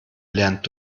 lernt